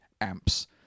Amps